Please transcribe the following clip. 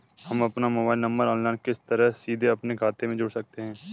हम अपना mobile number online किस तरह सीधे अपने खाते में जोड़ सकते हैं?